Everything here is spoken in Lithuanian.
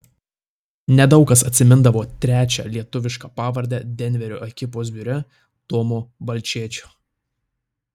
nedaug kas atsimindavo trečią lietuvišką pavardę denverio ekipos biure tomo balčėčio